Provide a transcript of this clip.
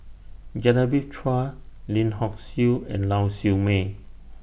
Genevieve Chua Lim Hock Siew and Lau Siew Mei